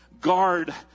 guard